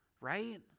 right